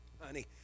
Honey